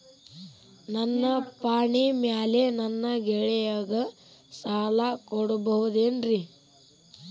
ನನ್ನ ಪಾಣಿಮ್ಯಾಲೆ ನನ್ನ ಗೆಳೆಯಗ ಸಾಲ ಕೊಡಬಹುದೇನ್ರೇ?